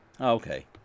Okay